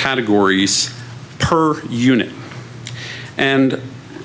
categories per unit and